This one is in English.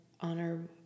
honor